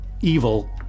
evil